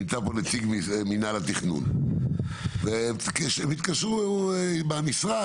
נמצא פה נציג מנהל התכנון והם התקשרו עם המשרד